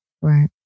Right